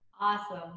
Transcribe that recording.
Awesome